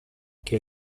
che